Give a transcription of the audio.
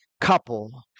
Couple